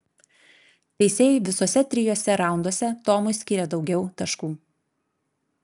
teisėjai visuose trijuose raunduose tomui skyrė daugiau taškų